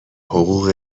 حقوق